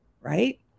right